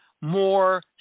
more